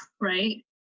right